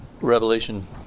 Revelation